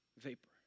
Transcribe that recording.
vapor